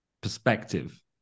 perspective